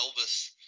Elvis